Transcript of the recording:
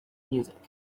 music